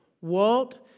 Walt